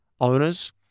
Owners